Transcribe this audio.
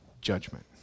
judgment